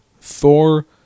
Thor